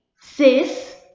sis